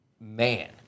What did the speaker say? man